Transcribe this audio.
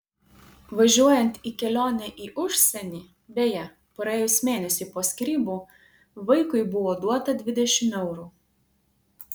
važiuojant į kelionę į užsienį beje praėjus mėnesiui po skyrybų vaikui buvo duota dvidešimt eurų